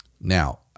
Now